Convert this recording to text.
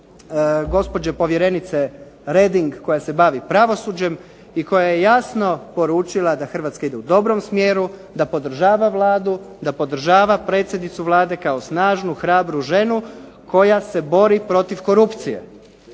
gospođe povjerenice Reding koja se bavi pravosuđem i koja je jasno poručila da Hrvatska ide u dobrom smjeru, da podržava Vladu, da podržava predsjednicu Vlade kao snažnu, hrabru ženu koja se bori protiv korupcije.